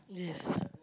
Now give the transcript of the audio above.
yes